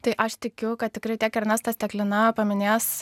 tai aš tikiu kad tikrai tiek ernestas tiek lina paminės